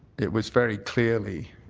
it was very clearly